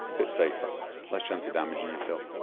bit safer less chance of damaging yourself